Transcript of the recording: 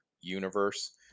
universe